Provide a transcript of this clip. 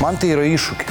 man tai yra iššūkis